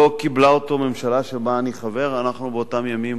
לא עשתה אותו ממשלה שבה אני חבר, אנחנו באותם ימים